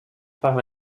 par